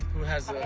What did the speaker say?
who has